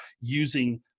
using